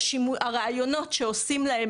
והראיונות שעושים להם